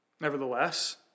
Nevertheless